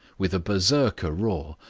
with a berserker roar,